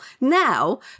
now